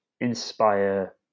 inspire